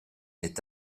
est